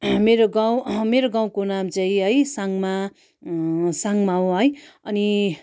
मेरो गाउँ मेरो गाउँको नाम चाहिँ है साङ्गमा साङ्गमा हो है अनि